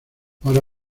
ahora